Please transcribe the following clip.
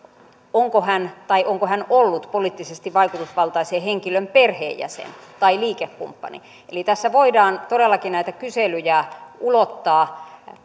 onko hän tai onko hän ollut poliittisesti vaikutusvaltaisen henkilön perheenjäsen tai liikekumppani eli tässä voidaan todellakin näitä kyselyjä ulottaa